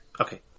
Okay